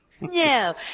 no